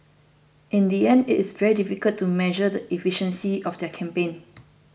in the end it is very difficult to measure the efficiency of their campaign